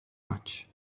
much